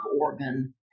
organ